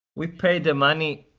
we paid the money